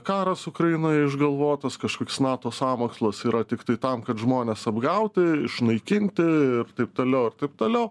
karas ukrainoje išgalvotas kažkoks nato sąmokslas yra tiktai tam kad žmones apgauti išnaikinti ir taip toliau ir taip toliau